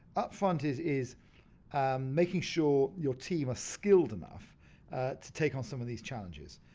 up front is is making sure your team are skilled enough to take on some of these challenges.